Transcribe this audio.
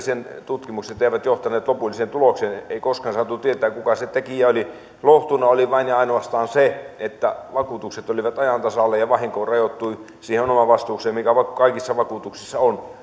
tutkimukset eivät johtaneet lopulliseen tulokseen ei koskaan saatu tietää kuka se tekijä oli lohtuna oli vain ja ainoastaan se että vakuutukset olivat ajan tasalla ja vahinko rajoittui siihen omavastuuseen mikä kaikissa vakuutuksissa on